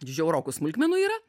žiaurokų smulkmenų yra